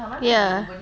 ya